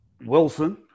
Wilson